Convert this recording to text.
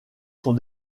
sont